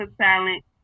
talent